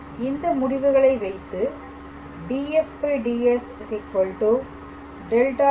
இந்த முடிவுகளை வைத்து dfds ∇⃗⃗ fP